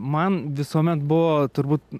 man visuomet buvo turbūt